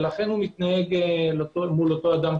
לכן הוא מתנהג מול אותו אדם,